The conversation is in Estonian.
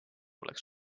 oleks